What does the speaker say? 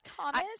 thomas